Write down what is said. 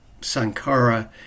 Sankara